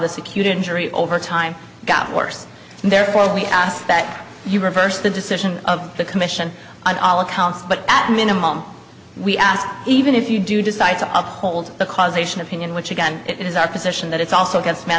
this acute injury over time got worse and therefore we ask that you reverse the decision of the commission on all accounts but at minimum we ask even if you do decide to uphold the causation opinion which again it is our position that it's also gets ma